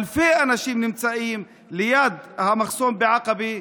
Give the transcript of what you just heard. אלפי אנשים נמצאים ליד המחסום בעקבה,